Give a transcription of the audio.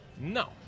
No